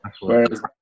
Whereas